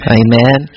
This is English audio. amen